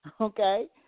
okay